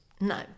No